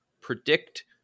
predict